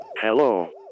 Hello